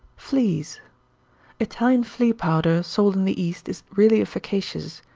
fleas italian flea-powder, sold in the east, is really efficacious.